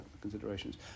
considerations